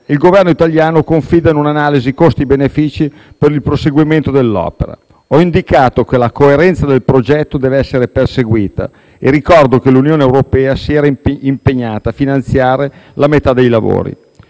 Il governo italiano confida in una analisi costi/benefici per il proseguimento dell'opera. Ho indicato che la coerenza del progetto deve essere perseguita e ricordo che l'Unione europea si era impegnata a finanziare la metà dei lavori.